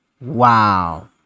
Wow